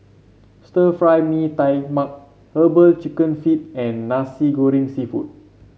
Stir Fry Mee Tai Mak herbal chicken feet and Nasi Goreng seafood